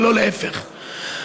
ולא להפך.